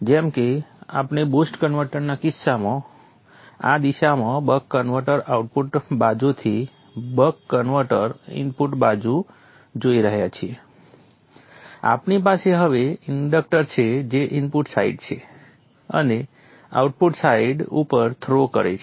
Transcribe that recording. જેમ કે આપણે બુસ્ટ કન્વર્ટરના કિસ્સામાં આ દિશામાં બક કન્વર્ટર આઉટપુટ બાજુથી બક કન્વર્ટર્સ ઇનપુટ બાજુ જોઈ રહ્યા છીએ આપણી પાસે હવે ઇન્ડક્ટર છે જે ઇનપુટ સાઇડ છે અને આઉટપુટ સાઇડ ઉપર થ્રો કરે છે